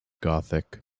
gothic